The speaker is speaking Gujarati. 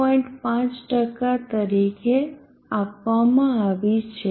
5 તરીકે આપવામાં આવી છે